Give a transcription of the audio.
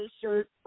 shirt